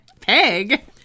Peg